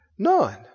None